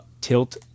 tilt